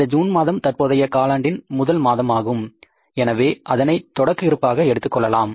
இந்த ஜூன் மாதம் தற்போதைய காலாண்டின் முதல் மாதம் ஆகும் எனவே அதனை தொடக்க இருப்பாக எடுத்துக்கொள்ளலாம்